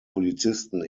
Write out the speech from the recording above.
polizisten